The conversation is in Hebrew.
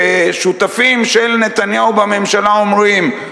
ששותפים של נתניהו בממשלה אומרים,